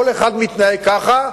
כל אחד מתנהל ככה,